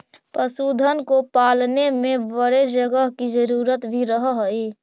पशुधन को पालने में बड़े जगह की जरूरत भी रहअ हई